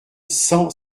cent